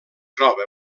troba